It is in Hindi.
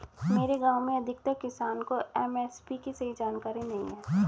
मेरे गांव में अधिकतर किसान को एम.एस.पी की सही जानकारी नहीं है